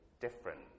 different